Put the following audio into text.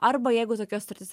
arba jeigu tokia sutartis